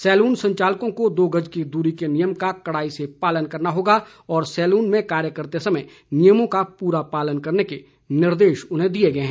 salon संचालकों को दो गज की दूरी के नियम का कड़ाई से पालन करना होगा और सैलून में कार्य करते समय नियमों का पूरा पालन करने के निर्देश दिए गए हैं